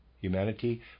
Humanity